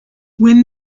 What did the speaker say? when